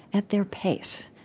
at their pace,